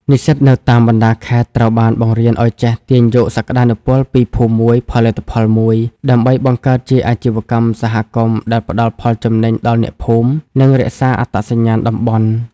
និស្សិតនៅតាមបណ្ដាខេត្តត្រូវបានបង្រៀនឱ្យចេះទាញយកសក្ដានុពលពី "ភូមិមួយ ផលិតផលមួយ" ដើម្បីបង្កើតជាអាជីវកម្មសហគមន៍ដែលផ្ដល់ផលចំណេញដល់អ្នកភូមិ និងរក្សាអត្តសញ្ញាណតំបន់។